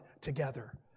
together